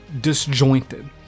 disjointed